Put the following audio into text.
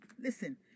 Listen